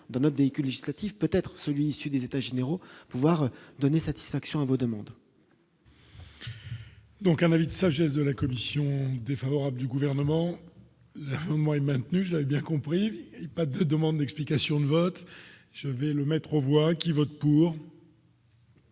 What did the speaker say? d'un autre véhicule législatif peut-être celui issu des états généraux, pouvoir donner satisfaction à vos demandes. Donc un avis de sagesse de la commission défavorable du gouvernement allemand est maintenu, j'avais bien compris, pas de demandes d'explications de vote, je vais le mettre aux voix qui vote pour.